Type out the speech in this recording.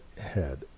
head